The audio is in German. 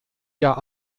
jahr